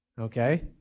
Okay